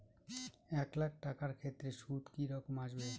এক লাখ টাকার ক্ষেত্রে সুদ কি রকম আসবে?